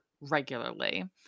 regularly